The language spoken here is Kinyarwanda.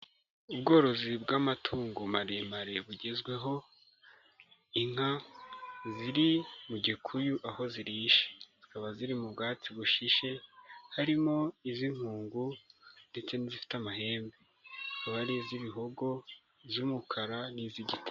Ubworozi bw'amatungo maremare bugezweho, inka ziri mu gikuyu aho zirisha. Zikaba ziri mu bwatsi bushishe, harimo iz'inkungu ndetse n'izifite amahembe. Hakaba ahari iz'ibihogo, iz'umukara n'iz'igitare.